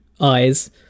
eyes